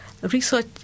research